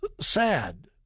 Sad